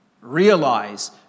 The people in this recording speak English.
Realize